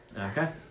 Okay